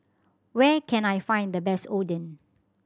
where can I find the best Oden